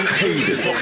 haters